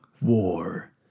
War